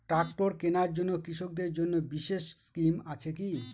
Tractor কেনার জন্য কৃষকদের জন্য বিশেষ স্কিম আছে কি?